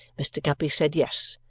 mr. guppy said yes,